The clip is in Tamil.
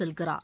செல்கிறார்